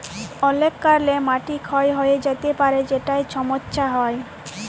অলেক কারলে মাটি ক্ষয় হঁয়ে য্যাতে পারে যেটায় ছমচ্ছা হ্যয়